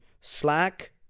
slack